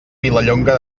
vilallonga